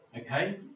Okay